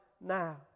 now